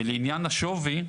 ולעניין השווי,